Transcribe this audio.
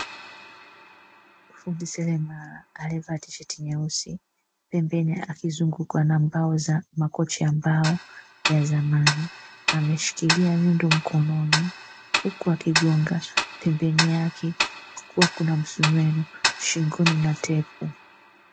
Fundi seremala aliyevaa tisheti nyeusi, pembeni akizungukwa na mbao za makochi ya mbao ya zamani, ameshikilia nyundo mkononi, huku akigonga, pembeni yake kukiwa kuna msumeno shingoni na tepu.